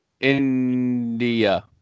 India